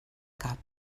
cap